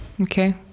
okay